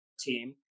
team